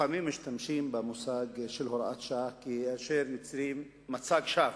לפעמים משתמשים במושג של הוראת שעה כאשר יוצרים מצג שווא,